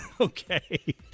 Okay